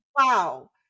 wow